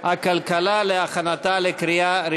הכלכלה נתקבלה.